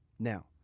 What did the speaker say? Now